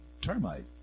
termite